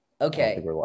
Okay